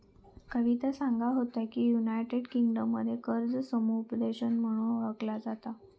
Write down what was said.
कविता सांगा होता की, युनायटेड किंगडममध्ये कर्ज समुपदेशन म्हणून ओळखला जाता